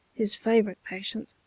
his favorite patient,